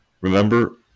remember